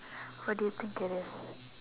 what do you think it is